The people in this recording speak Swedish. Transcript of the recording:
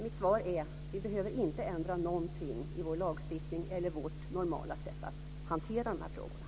Mitt svar är alltså: Vi behöver inte ändra någonting i vår lagstiftning eller i vårt normala sätt att hantera de här frågorna.